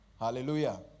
Hallelujah